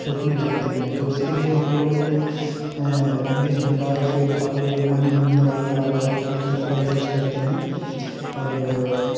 सूखने लगते हैं तो उसके लिए हम लोगों ने बीज भंडारों से काफ़ी महंगी महंगी दवाईयाँ लेकर रखे हैं तो उसका यूज़ करते हैं और